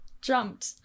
jumped